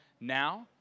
now